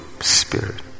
spirit